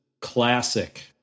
classic